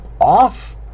off